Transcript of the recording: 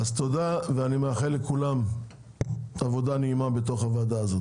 תודה ואני מאחל לכולם עבודה נעימה בתוך הוועדה הזאת.